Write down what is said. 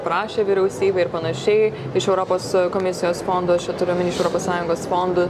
prašė vyriausybė ir panašiai iš europos komisijos fondo čia turiu omeny iš europos sąjungos fondų